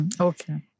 Okay